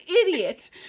idiot